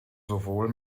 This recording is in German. sowohl